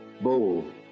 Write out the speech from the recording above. Bold